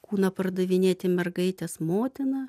kūną pardavinėti mergaitės motina